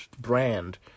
brand